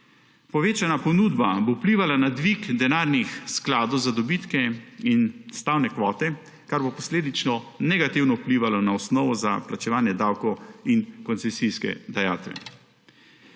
Povečana ponudba bo vplivala na dvig denarnih skladov za dobitke in stavne kvote, kar bo posledično negativno vplivalo na osnovo za plačevanje davkov in koncesijske dajatve.